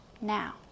Now